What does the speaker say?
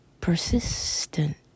persistent